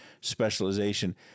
specialization